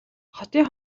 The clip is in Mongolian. хотын